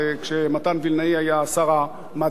כשמתן וילנאי היה שר המדע,